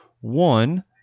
one